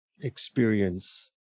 experience